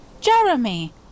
Jeremy